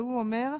והוא אומר: